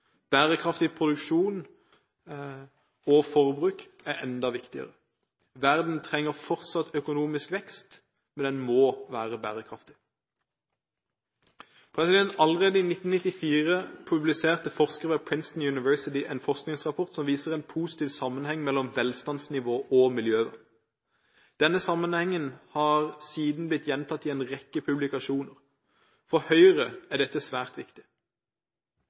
Bærekraftig produksjon og forbruk er enda viktigere. Verden trenger fortsatt økonomisk vekst, men den må være bærekraftig. Allerede i 1994 publiserte forskere ved Princeton University en forskningsrapport som viser en positiv sammenheng mellom velstandsnivå og miljø. Denne sammenhengen har siden blitt gjentatt i en rekke publikasjoner. For Høyre er dette svært viktig.